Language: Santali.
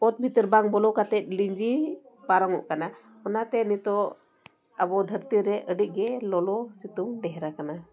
ᱚᱛ ᱵᱷᱤᱛᱤᱨ ᱵᱟᱝ ᱵᱚᱞᱚ ᱠᱟᱛᱮᱫ ᱞᱤᱧᱡᱤ ᱯᱟᱨᱚᱢᱚᱜ ᱠᱟᱱᱟ ᱚᱱᱟᱛᱮ ᱱᱤᱛᱳᱜ ᱟᱵᱚ ᱫᱷᱟᱹᱨᱛᱤ ᱨᱮ ᱟᱹᱰᱤ ᱜᱮ ᱞᱚᱞᱚ ᱥᱤᱛᱩᱝ ᱰᱷᱮᱨᱟᱠᱟᱱᱟ